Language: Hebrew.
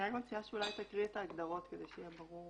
מציעה שתקריא את ההגדרות כדי שיהיה ברור